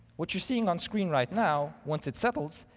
what you're seeing on screen right now, once it settles,